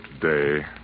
today